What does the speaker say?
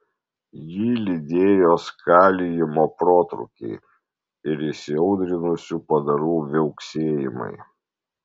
jį lydėjo skalijimo protrūkiai ir įsiaudrinusių padarų viauksėjimai